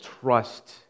trust